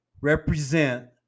represent